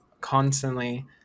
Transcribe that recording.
constantly